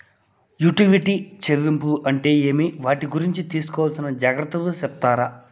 Utility చెల్లింపులు అంటే ఏమి? వాటి గురించి తీసుకోవాల్సిన జాగ్రత్తలు సెప్తారా?